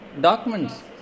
documents